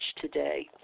today